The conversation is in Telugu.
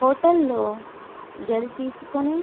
హోటల్లో గది తీసుకొని